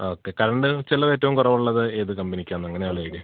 ആ okay current ചെലവേറ്റവും കുറവുള്ളത് ഏത് കമ്പനിക്കാണെന്നങ്ങനെ ആലോചിക്കൂ